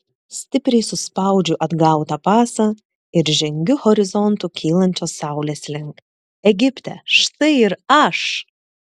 stipriai suspaudžiu atgautą pasą ir žengiu horizontu kylančios saulės link egipte štai ir aš